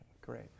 Great